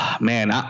Man